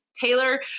Taylor